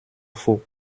faux